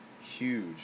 Huge